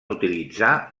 utilitzar